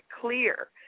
clear